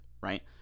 right